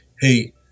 Hey